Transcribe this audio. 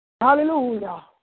Hallelujah